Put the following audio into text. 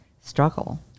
struggle